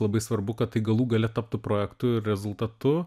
labai svarbu kad tai galų gale taptų projektu rezultatu